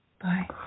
bye